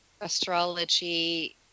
astrology